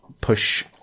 push